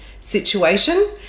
situation